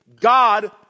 God